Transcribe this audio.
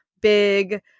big